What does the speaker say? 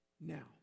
Now